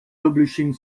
publishing